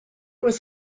was